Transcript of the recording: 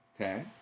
Okay